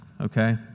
okay